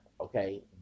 okay